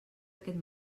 aquest